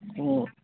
ও